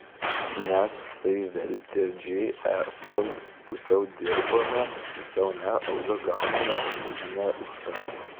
mes tai veltėdžiai esam pusiau dirbame pusiau ne algą gauname nežinia už ką